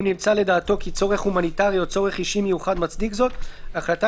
אם נמצא לדעתו כי צורך הומניטרי או צורך אישי מיוחד מצדיק זאת; החלטה